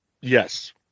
yes